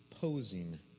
posing